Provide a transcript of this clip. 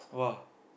!wah!